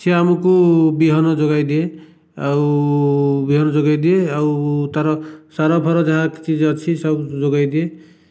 ସିଏ ଆମକୁ ବିହନ ଯୋଗେଇ ଦିଏ ଆଉ ବିହନ ଯୋଗେଇ ଦିଏ ଆଉ ତାର ସାର ଫାର ଯାହାକିଛି ଅଛି ସବୁ ଯୋଗେଇ ଦିଏ